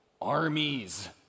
armies